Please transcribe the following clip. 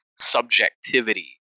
subjectivity